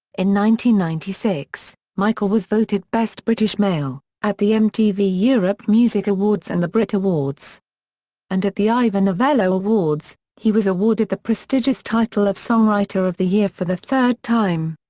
ninety ninety six, michael was voted best british male, at the mtv europe music awards and the brit awards and at the ivor novello awards, he was awarded the prestigious title of songwriter of the year for the third time.